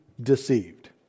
deceived